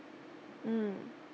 mm